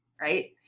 Right